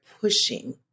pushing